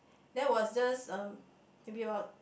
that was just a maybe about